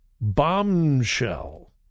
bombshell